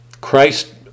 Christ